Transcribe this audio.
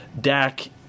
Dak